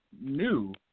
new –